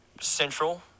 central